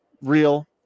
real